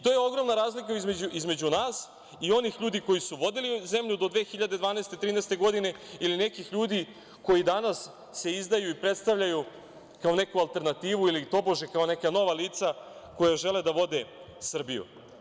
To je ogromna razlika između nas i onih koji ljudi koji su vodili zemlju do 2012/13. godine, ili nekih ljudi koji se danas izdaju i predstavljaju kao neka alternativa ili tobože kao neka nova lica koja žele da vode Srbiju.